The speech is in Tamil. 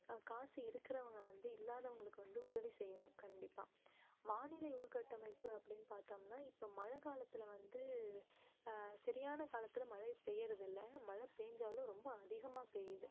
காசு இருக்கிறவங்க வந்து இல்லாதவங்களுக்கு வந்து உதவி செய்யணும் கண்டிப்பாக வானிலை உள்கட்டமைப்பு அப்படின்னு பார்த்தோம்னா இப்போ மழைக் காலத்தில் வந்து சரியான காலத்தில் மழை பெய்கிறது இல்லை மழைப் பெஞ்சாலும் ரொம்ப அதிகமாக பெய்யுது